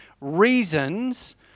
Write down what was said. reasons